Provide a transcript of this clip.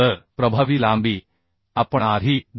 तर प्रभावी लांबी आपण आधी 206